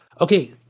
Okay